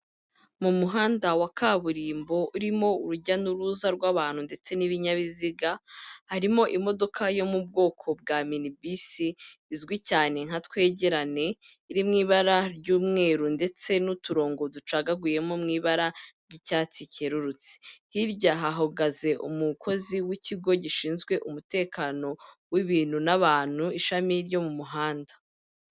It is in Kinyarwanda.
Mu muhanda wa kaburimbo urimo urujya n'uruza rw'abantu ndetse n'ibinyabiziga, harimo imodoka yo mu bwoko bwa minibisi izwi cyane nka twegerane, iri mu ibara ry'umweru ndetse n'uturongo ducagaguyemo mw'i ibara ry'icyatsi cyerurutse, hirya hahagaze umukozi w'ikigo gishinzwe umutekano w'ibintu n'abantu ishami ryo mu muhanda.